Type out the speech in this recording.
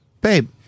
babe